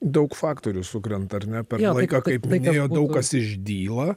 daug faktorių sukrenta ar ne per tą laiką kaip minėjo daug kas išdyla